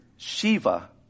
Shiva